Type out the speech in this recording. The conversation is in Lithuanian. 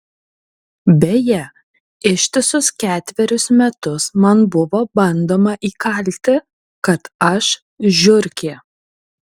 beje ištisus ketverius metus man buvo bandoma įkalti kad aš žiurkė